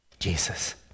Jesus